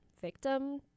victim